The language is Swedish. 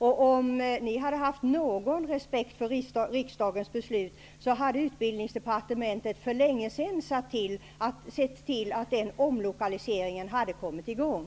Om regeringen hade haft någon respekt för riksdagens beslut hade Utbildningsdepartementet för länge sedan sett till att omlokaliseringen hade kommit i gång.